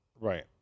right